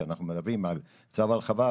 כשאנחנו מדברים על צו ההרחבה,